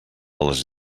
les